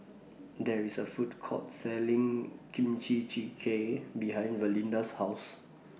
There IS A Food Court Selling Kimchi Jjigae behind Valinda's House